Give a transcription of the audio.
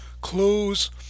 clues